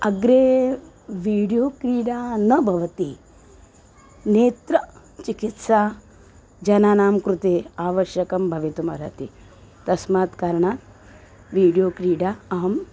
अग्रे वीडियो क्रीडा न भवति नेत्रचिकित्सा जनानां कृते आवश्यकी भवितुम् अर्हति तस्मात् कारणात् वीडियो क्रीडा अहम्